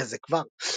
פגה זה כבר.